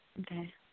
Okay